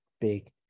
big